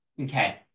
Okay